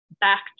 back